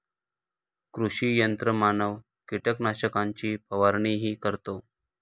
कृषी यंत्रमानव कीटकनाशकांची फवारणीही करतो